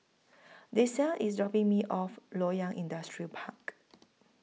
Dessa IS dropping Me off Loyang Industrial Park